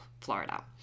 Florida